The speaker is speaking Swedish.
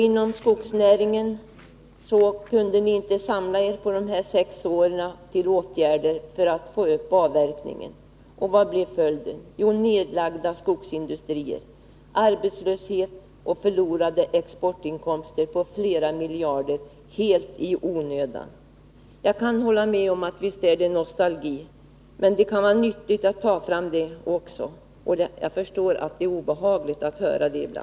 Inom skogsnäringen kunde ni inte under de sex åren i regeringsställning samla er till åtgärder för att öka avverkningen. Vad blev följden? Jo, nedlagda skogsindustrier, arbetslöshet och förlorade exportinkomster på flera miljarder — helt i onödan. Jag kan hålla med om att detta är nostalgi, men det kan vara nyttigt att också belysa hur det var för några år sedan. Men jag förstår att det ibland är obehagligt att höra detta.